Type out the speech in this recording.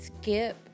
skip